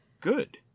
good